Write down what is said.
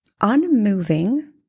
unmoving